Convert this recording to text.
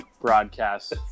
broadcast